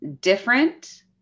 different